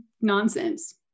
nonsense